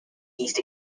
east